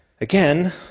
again